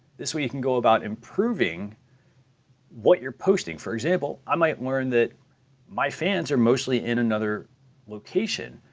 this way you can go about improving what you're posting. for example, i might learn that my fans are mostly in another location.